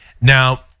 Now